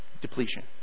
depletion